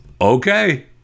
Okay